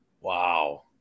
Wow